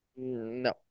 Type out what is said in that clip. No